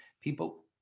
people